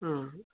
अँ